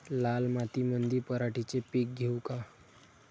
लाल मातीमंदी पराटीचे पीक घेऊ का?